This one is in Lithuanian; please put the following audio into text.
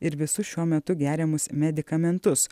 ir visus šiuo metu geriamus medikamentus